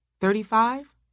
Thirty-five